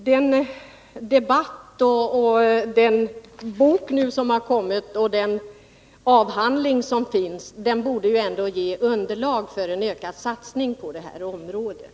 Den debatt som pågår, den bok som nu har kommit ut och den avhandling som finns borde kunna ge underlag för en ökad satsning på det här området.